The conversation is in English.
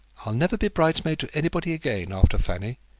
i'll never be bridesmaid to anybody again, after fanny